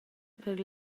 per